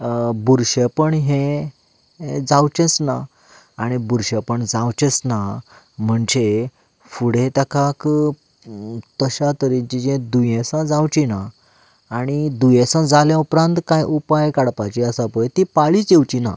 बुरशेंपण हें जावचेंच ना आनी बुरशेंपण जावचेंच ना म्हणजे फुडें ताका तशा तरेची दुयेंसां जावची ना आनी दुयेंसा जाल्या उपरांत कांय उपाय काडपाची आसा पळय ती पाळीच येवची ना